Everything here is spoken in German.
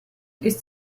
ist